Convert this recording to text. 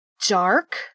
dark